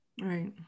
Right